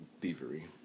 Thievery